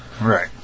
Right